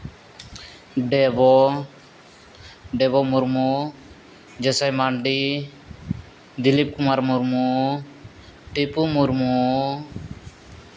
ᱰᱮᱵᱚ ᱰᱮᱵᱚ ᱢᱩᱨᱢᱩ ᱡᱮᱥᱮ ᱢᱟᱱᱰᱤ ᱫᱤᱞᱤᱯ ᱠᱩᱢᱟᱨ ᱢᱩᱨᱢᱩ ᱴᱤᱯᱩ ᱢᱩᱨᱢᱩ